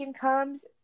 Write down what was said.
comes